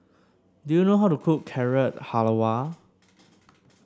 do you know how to cook Carrot Halwa